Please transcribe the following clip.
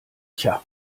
tja